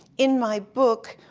in my book,